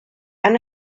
han